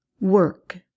work